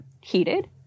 heated